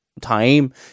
time